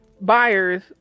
buyers